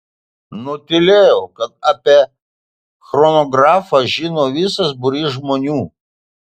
nutylėjau kad apie chronografą žino visas būrys žmonių